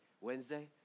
Wednesday